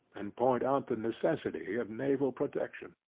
and point out the necessity of naval protection.